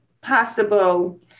possible